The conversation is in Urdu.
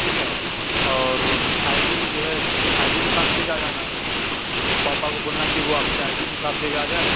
ٹھیک ہے اور آئی ڈی جو ہے آئی ڈی بھی ساتھ لے کے آ جانا پاپا کو بولنا کہ وہ اپنی آئی ڈی بھی ساتھ لے کے آ جائیں